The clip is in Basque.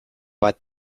bat